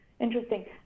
interesting